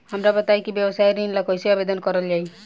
हमरा बताई कि व्यवसाय ऋण ला कइसे आवेदन करल जाई?